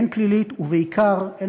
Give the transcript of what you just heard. הן פלילית קלסית,